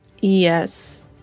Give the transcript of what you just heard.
Yes